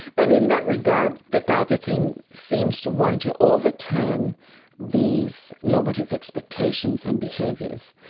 and in that regard, the dao de jing seems to want to overturn these nominative expectations and behaviours.